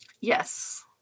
Yes